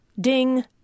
Ding